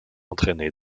entraîné